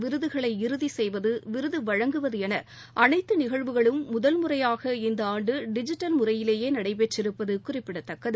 விருதுகளை இறுதி செய்வது விருது வழங்குவது என அனைதது நிகழ்வுகளும் முதல் முறையாக இந்த ஆண்டு டிஜிட்டல் முறையிலேயே நடைபெற்றிருப்பது குறிப்பிடத்தக்கது